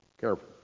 careful